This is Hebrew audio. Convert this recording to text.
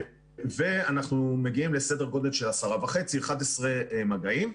ואנחנו מגיעים לסדר גודל של 10.5, 11 מגעים.